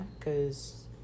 cause